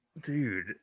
dude